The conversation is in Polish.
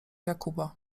jakuba